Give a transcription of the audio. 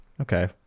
Okay